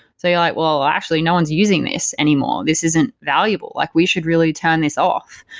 so you're like, well actually, no one's using this anymore. this isn't valuable. like we should really turn this off.